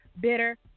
bitter